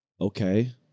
Okay